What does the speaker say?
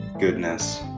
goodness